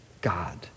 God